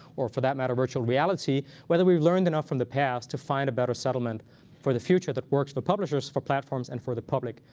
or for that matter, virtual reality. whether we've learned enough from the past to find a better settlement for the future that works for publishers, for platforms, and for the public,